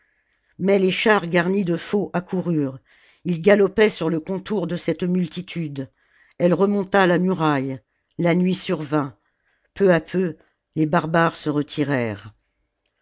mais les chars garnis de faux accoururent ils galopaient sur le contour de cette multitude elle remonta la muraille la nuit survint peu à peu les barbares se retirèrent